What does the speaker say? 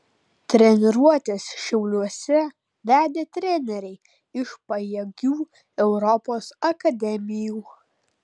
treniruotes šiauliuose vedė treneriai iš pajėgių europos akademijų